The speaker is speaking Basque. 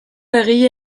egile